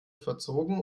verzogen